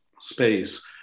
space